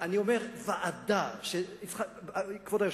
כבוד היושב-ראש,